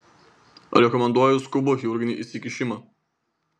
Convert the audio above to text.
rekomenduoju skubų chirurginį įsikišimą